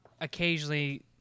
occasionally